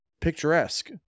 picturesque